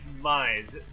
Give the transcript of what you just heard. minds